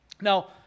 Now